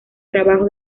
trabajo